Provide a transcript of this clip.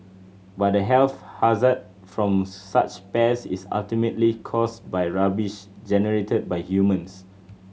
but the health hazard from such pests is ultimately caused by rubbish generated by humans